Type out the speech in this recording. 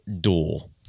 duel